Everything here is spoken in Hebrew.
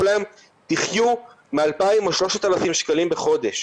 להם: תחיו מ-2,000 או 3,000 שקלים בחודש.